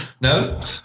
No